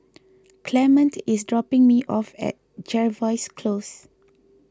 Clement is dropping me off at Jervois Close